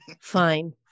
fine